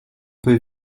peu